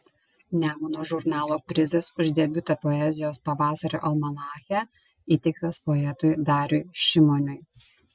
nemuno žurnalo prizas už debiutą poezijos pavasario almanache įteiktas poetui dariui šimoniui